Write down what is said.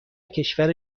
کشور